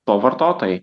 to vartotojai